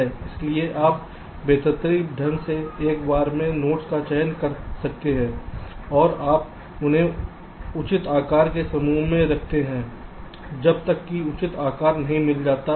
इसलिए आप बेतरतीब ढंग से एक बार में नोड्स का चयन करते हैं और आप उन्हें उचित आकार के समूहों में रखते हैं जब तक कि उचित आकार नहीं मिल जाता